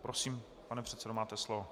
Prosím, pane předsedo, máte slovo.